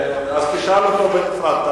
אז תשאל אותו בנפרד.